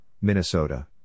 Minnesota